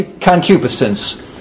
concupiscence